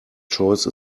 choice